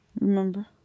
Remember